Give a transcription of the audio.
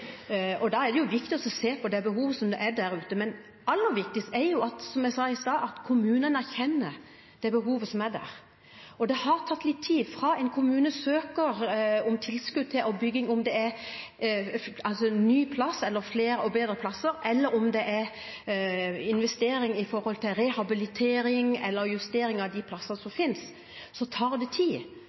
og da er det viktig å se på det behovet som er der ute. Men aller viktigst er det, som jeg sa, at kommunene erkjenner det behovet som er der. Og det har tatt litt tid fra en kommune søker om tilskudd, til bygging – om det gjelder ny plass, flere og bedre plasser, investeringer som gjelder rehabilitering, eller justeringer av de plassene som finnes, tar det tid. Det tar alt fra tre til fem år før den plassen er klar til å flyttes inn på. Det